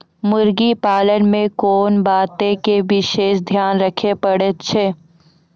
मुर्गी पालन मे कोंन बातो के विशेष ध्यान रखे पड़ै छै?